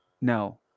No